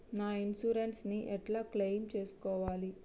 నా ఇన్సూరెన్స్ ని ఎట్ల క్లెయిమ్ చేస్కోవాలి?